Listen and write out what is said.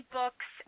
books